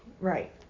Right